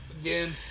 again